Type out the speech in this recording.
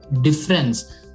difference